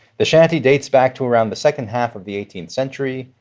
the shanty dates back to around the second half of the eighteenth century,